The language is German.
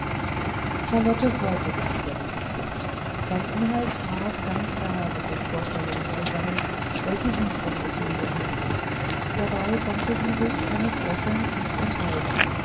charlotte freute sich über dieses blatt sein inhalt traf ganz nahe mit den vorstellungen zusammen welche sie von ottilien hegte dabei konnte sie sich eines lächelns nicht enthalten